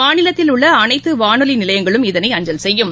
மாநிலத்தில் உள்ள அனைத்து வானொலி நிலையங்களும் இதனை அஞ்சல் செய்யும்